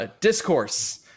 Discourse